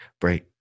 Break